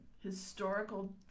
historical